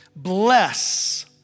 Bless